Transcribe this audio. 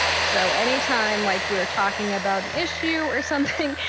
so any time, like we're talking about an issue or something,